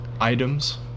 items